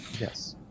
Yes